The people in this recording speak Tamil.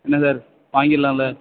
என்ன சார் வாங்கிடலாம்ல்ல